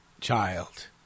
child